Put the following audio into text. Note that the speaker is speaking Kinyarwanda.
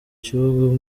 kibuga